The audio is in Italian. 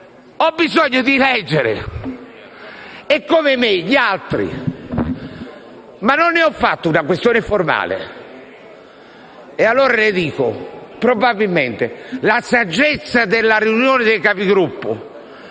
ho bisogno di leggere; e come me, gli altri. Ma non ne ho fatto una questione formale. Allora le dico che probabilmente la saggezza della riunione dei Capigruppo,